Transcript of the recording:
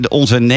onze